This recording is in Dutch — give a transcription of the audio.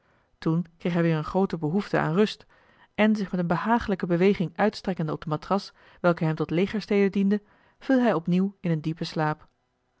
toen kreeg hij weer een groote behoefte aan rust en zich met een behaaglijke beweging uitstrekkende op de matras welke hem tot legerstede diende viel hij opnieuw in een diepen slaap